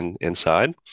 inside